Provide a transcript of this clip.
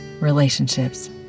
relationships